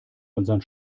unseren